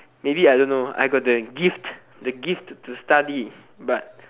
maybe I don't know I got the gift the gift to study but